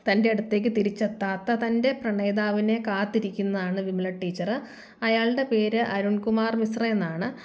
തൻ്റെ അടുത്തേക്ക് തിരിച്ചെത്താത്ത തൻ്റെ പ്രണയിതാവിനെ കാത്തിരിക്കുന്നതാണ് വിമല ടീച്ചർ അയാളുടെ പേര് അരുൺകുമാർ മിശ്ര എന്നാണ്